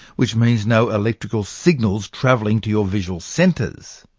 which means no electrical signals travelling to your visual centres.